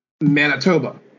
Manitoba